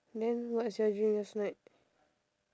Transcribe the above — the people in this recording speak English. then what's your dream last night